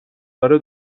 داره